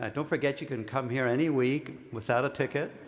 ah don't forget, you can come here any week without a ticket.